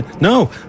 No